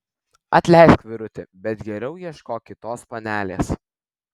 atleisk vyruti bet geriau ieškok kitos panelės